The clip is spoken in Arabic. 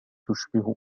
تشبه